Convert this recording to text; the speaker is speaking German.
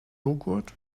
joghurt